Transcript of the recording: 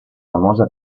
famosa